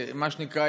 מה שנקרא,